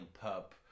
pub